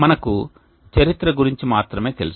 మనకు చరిత్ర గురించి మాత్రమే తెలుసు